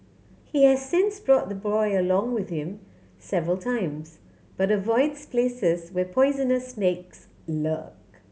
he has since brought the boy along with him several times but avoids places where poisonous snakes lurk